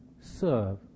serve